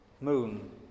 moon